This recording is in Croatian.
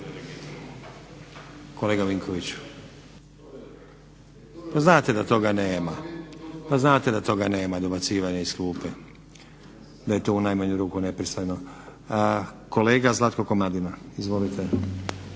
Kolega Vinkoviću pa znate da toga nema, dobacivanja iz klupe. Da je to u najmanju ruku nepristojno. Kolega Zlatko Komadina, izvolite.